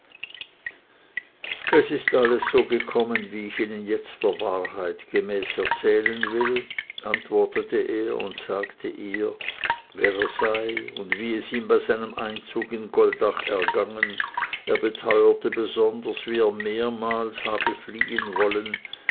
es ist alles so gekommen wie ich ihnen jetzt der wahrheit gemäß erzählen will antwortete er und sagte ihr wer er sei und wie es ihm bei seinem einzug in goldach ergangen er beteuerte besonders wie er mehrmals habe fliehen wollen